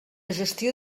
gestió